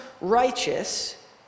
righteous